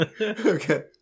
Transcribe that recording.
Okay